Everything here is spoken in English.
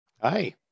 hi